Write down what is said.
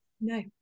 no